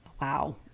wow